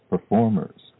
Performers